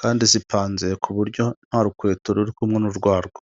kandi zipanze ku buryo nta rukweto ruri kumwe n'urwarwo.